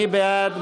מי בעד?